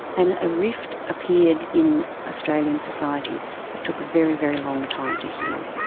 and a rift appeared in australian society that took a very, very long time to heal.